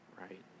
right